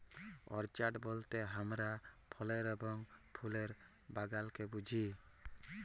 orchard বলতে হামরা ফলের এবং ফুলের বাগালকে বুঝি